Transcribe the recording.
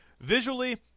Visually